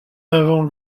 avant